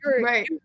right